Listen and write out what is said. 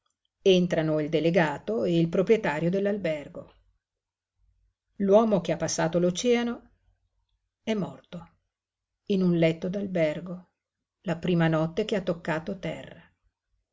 entrano il delegato e il proprietario dell'albergo l'uomo che ha passato l'oceano è morto in un letto d'albergo la prima notte che ha toccato terra